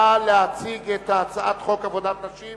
נא להציג את הצעת חוק עבודת נשים